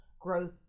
growth